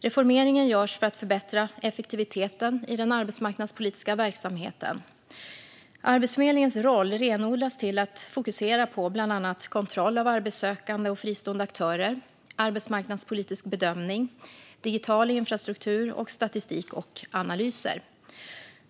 Reformeringen görs för att förbättra effektiviteten i den arbetsmarknadspolitiska verksamheten. Arbetsförmedlingens roll renodlas till att fokusera på bland annat kontroll av arbetssökande och fristående aktörer, arbetsmarknadspolitisk bedömning, digital infrastruktur och statistik och analyser.